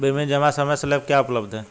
विभिन्न जमा समय स्लैब क्या उपलब्ध हैं?